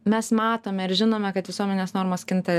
mes matome ir žinome kad visuomenės normos kinta